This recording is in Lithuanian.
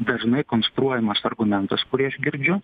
dažnai konstruojamas argumentas kurį aš girdžiu